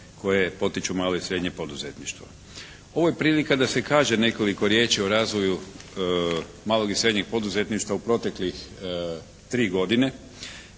koje potiču malo i srednje poduzetništvo. Ovo je prilika da se kaže nekoliko riječi o razvoju malog i srednjeg poduzetništva u proteklih tri godine